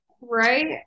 right